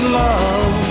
love